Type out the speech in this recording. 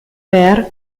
pearl